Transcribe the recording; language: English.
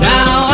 Now